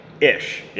Ish